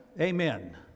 Amen